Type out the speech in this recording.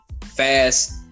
fast